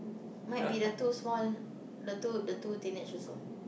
might be the two small the two the two teenage also